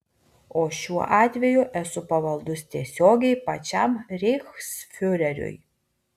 o šiuo atveju esu pavaldus tiesiogiai pačiam reichsfiureriui